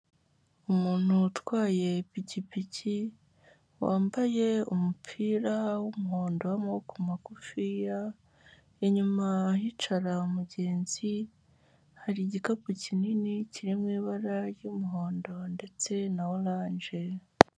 Umuntu utwaye ipikipiki wambaye umupira w'umuhondo w'amaboko magufiya, inyuma hicara umugenzi. Hari igikapu kinini kirimo ibara ry'umuhondo ndetse na oranje.